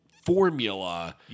formula